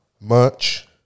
merch